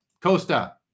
costa